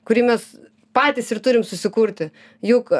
kurį mes patys ir turim susikurti juk